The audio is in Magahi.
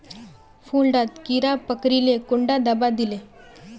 फुल डात कीड़ा पकरिले कुंडा दाबा दीले?